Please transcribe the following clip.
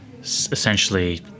Essentially